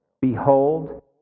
Behold